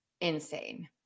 insane